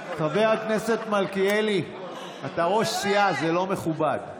חבר הכנסת מלכיאלי, אתה ראש סיעה, זה לא מכובד.